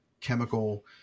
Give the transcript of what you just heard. chemical